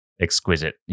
exquisite